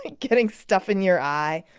getting stuff in your eye.